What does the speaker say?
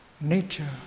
nature